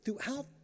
throughout